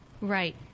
Right